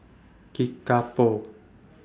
Kickapoo